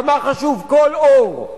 כמה חשוב כל אור,